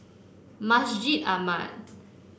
Masjid Ahmad